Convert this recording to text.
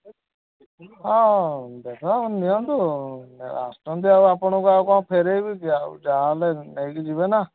ହଁ ନିଅନ୍ତୁ ଆସିଛନ୍ତି ଆଉ ଆପଣଙ୍କୁ କ'ଣ ଆଉ ଫେରେଇବି କି ଆଉ ଯାହା ହେଲେ ନେଇକି ଯିବେ ନା